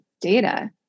data